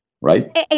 right